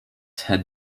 had